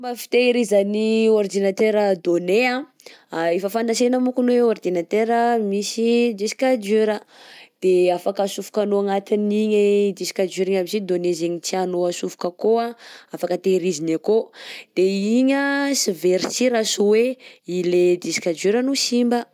Fomba fitehirizan'ny ordinateur donné efa fantantsena mokony hoe ordinateur misy disque dur de afaka atsofokanao agnatin'igny disque dur igny aby sy donné zegny tianao atsofoka akao, afaka tehiriziny akao, de igny tsy very sy raha tsy hoe i le disque dur no simba.